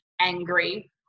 angry